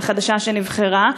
החדשה שנבחרה,